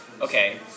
okay